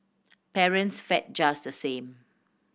parents fared just the same